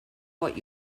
what